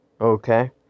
Okay